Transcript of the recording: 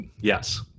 yes